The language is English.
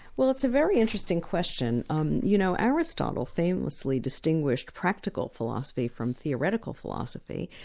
well it's a very interesting question. um you know, aristotle famously distinguished practical philosophy from theoretical philosophy,